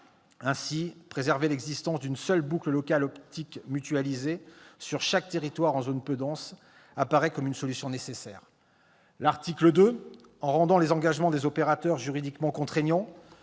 Ainsi, préserver l'existence d'une seule boucle locale optique mutualisée sur chaque territoire en zone peu dense apparaît comme une solution nécessaire. L'adoption de l'article 2 de la proposition de loi, en rendant les engagements des opérateurs juridiquement contraignants